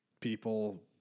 people